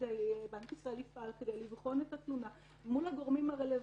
בנק ישראל יפעל כדי לבחון את התלונה מול הגורמים הרלוונטיים,